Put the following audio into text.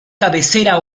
cabecera